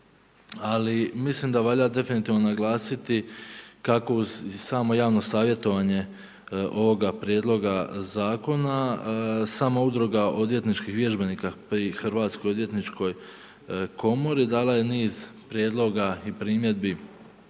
ali mislim da valja definitivno naglasiti kako i samo javno savjetovanje ovoga prijedloga zakona sama udruga odvjetničkih vježbenika pri Hrvatskoj odvjetničkoj komori dala je niz prijedloga i primjedbi